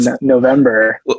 November